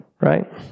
Right